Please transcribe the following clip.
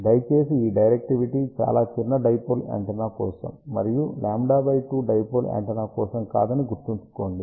దయచేసి ఈ డైరెక్టివిటీ చాలా చిన్న డైపోల్ యాంటెన్నా కోసం మరియు λ2 డైపోల్ యాంటెన్నా కోసం కాదని గుర్తుంచుకోండి